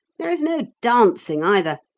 there is no dancing either.